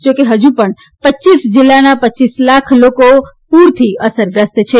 જોકે હજુ પણ રપ જીલ્લાના રપ લાખ લોકો પુરથી અસરગ્રસ્ત છે